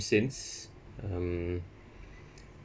since um